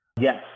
Yes